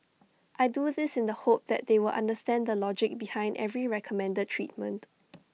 I do this in the hope that they will understand the logic behind every recommended treatment